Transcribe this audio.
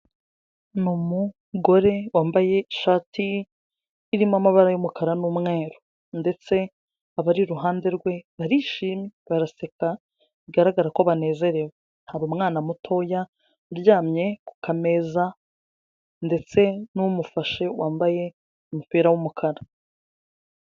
Ni umugore wambaye ishati irimo amabara y'umukara n'umweru ndetse abari iruhande rwe barishimye, baraseka, bigaragara ko banezerewe, hari umwana mutoya uryamye ku kameza ndetse n'umufashe wambaye umupira w'umukara.